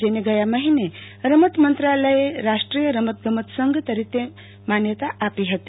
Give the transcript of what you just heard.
જેને ગયા મહિને રમત મત્રાલયે રાષ્ટોય રમત ગમત સંઘ તરીકે માન્યતા આપી હતી